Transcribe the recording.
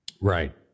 Right